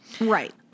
right